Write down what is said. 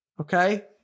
okay